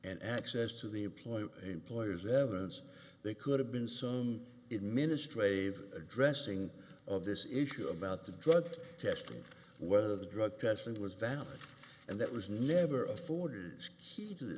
and access to the employee employers evidence they could have been some in ministre view addressing of this issue about the drug testing whether the drug testing was valid and that was never afforded c to th